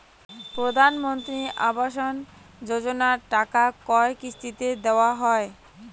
প্রধানমন্ত্রী আবাস যোজনার টাকা কয় কিস্তিতে দেওয়া হয়?